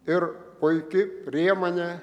ir puiki priemonė